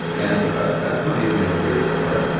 and ah that's not even the weirdest part.